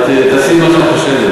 את תעשי מה שאת חושבת,